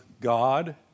God